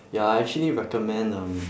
ya I actually recommend um